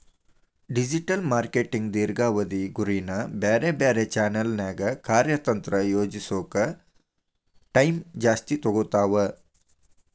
digital marketing ದೇರ್ಘಾವಧಿ ಗುರಿನ ಬ್ಯಾರೆ ಬ್ಯಾರೆ ಚಾನೆಲ್ನ್ಯಾಗ ಕಾರ್ಯತಂತ್ರ ಯೋಜಿಸೋಕ ಟೈಮ್ ಜಾಸ್ತಿ ತೊಗೊತಾವ